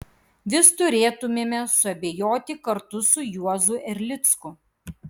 vis turėtumėme suabejoti kartu su juozu erlicku